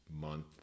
month